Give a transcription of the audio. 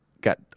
got